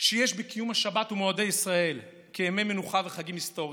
שיש בקיום השבת ומועדי ישראל כימי מנוחה וחגים היסטוריים,